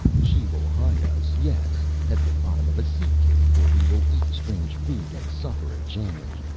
she will hide us, yes, at the bottom of a sea-cave where we will eat strange food and suffer a change.